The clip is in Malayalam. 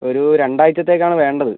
ഒരു രണ്ട് ആഴ്ചത്തേക്കാണ് വേണ്ടത്